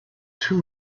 too